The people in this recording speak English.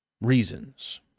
reasons